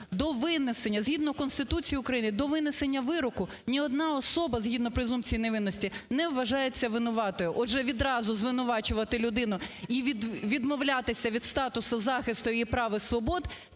До винесення. Згідно Конституції України до винесення вироку ні одна особа згідно презумпції невинуватості не вважається винуватою. Отже, відразу звинувачувати людину і відмовлятися від статусу захисту її прав і свобод –